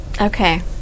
Okay